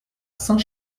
saint